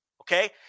Okay